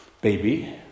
baby